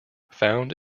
found